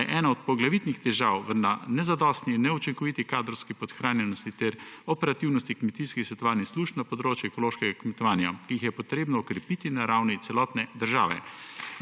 da je eno od poglavitnih težav v nezadostni, neučinkoviti kadrovski podhranjenosti ter operativnosti kmetijskih svetovalnih služb na področju ekološkega kmetovanja, ki jih je potrebno okrepiti na ravni celotne države.V